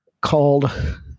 called